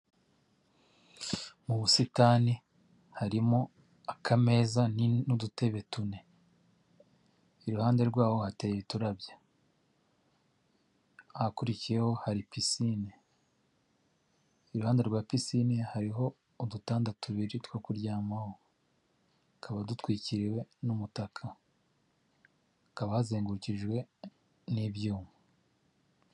Mu busitani harimo akameza n'udutebe tune, iruhande rwaho hateye uturabyo, ahakurikiyeho hari pisine. Iruhande rwa pisine hariho udutanda tubiri two kuryamaho, tukaba dutwikiriwe n'umutaka, hakaba hazengurukijwe n'ibyuma.